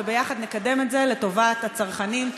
וביחד נקדם את זה לטובת הצרכנים.